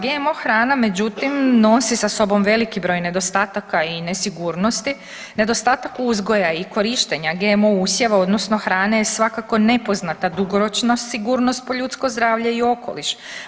GMO hrana međutim nosi sa sobom veliki broj nedostataka i nesigurnosti, nedostatak uzgoja i korištenja GMO usjeva odnosno hrane je svakako nepoznata dugoročna sigurnost po ljudsko zdravlje i okoliš.